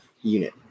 unit